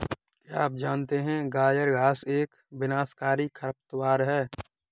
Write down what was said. क्या आप जानते है गाजर घास एक विनाशकारी खरपतवार है?